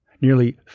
nearly